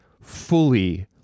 fully